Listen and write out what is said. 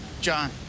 John